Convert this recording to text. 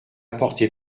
porté